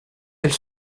elle